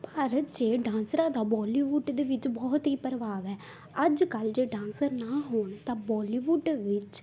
ਜੇ ਡਾਂਸਰਾ ਦਾ ਬੋਲੀਵੁੱਡ ਦੇ ਵਿੱਚ ਬਹੁਤ ਹੀ ਪ੍ਰਭਾਵ ਹੈ ਅੱਜ ਕੱਲ੍ਹ ਜੇ ਡਾਂਸਰ ਨਾ ਹੋਣ ਤਾਂ ਬੋਲੀਵੁੱਡ ਵਿੱਚ